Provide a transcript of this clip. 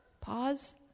Pause